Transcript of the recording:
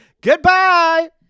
Goodbye